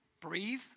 Breathe